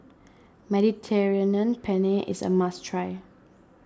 Mediterranean Penne is a must try